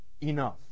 Enough